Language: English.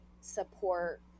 support